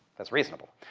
that's reasonable.